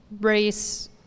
race